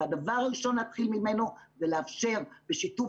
והדבר הראשון להתחיל ממנו זה לאפשר בשיתוף